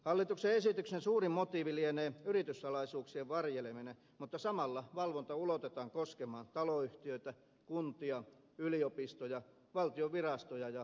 hallituksen esityksen suurin motiivi lienee yrityssalaisuuksien varjeleminen mutta samalla valvonta ulotetaan koskemaan taloyhtiöitä kuntia valtion virastoja ja yliopistoja